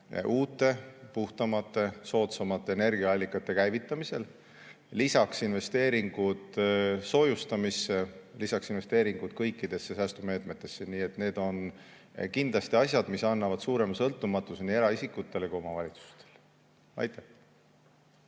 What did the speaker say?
uute, puhtamate ja soodsamate energiaallikate käivitamisel, lisaks investeeringud soojustamisse ja kõikidesse säästumeetmetesse. Need on kindlasti asjad, mis annavad suurema sõltumatuse nii eraisikutele kui ka omavalitsustele. Aitäh!